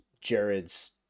jared's